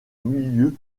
milieu